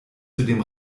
zudem